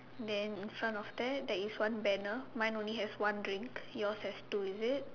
then in front of that there is one banner mine only has one drink yours has two is it